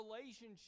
relationship